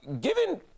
Given